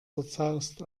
zerzaust